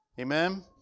Amen